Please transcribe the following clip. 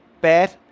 bad